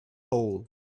hole